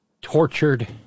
tortured